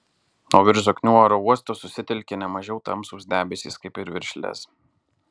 o virš zoknių oro uosto susitelkė ne mažiau tamsūs debesys kaip ir virš lez